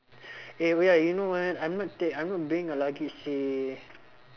eh wait ah you know ah I'm not take I'm not bringing a luggage eh